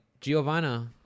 Giovanna